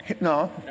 no